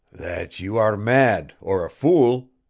that you are mad or a fool,